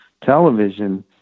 television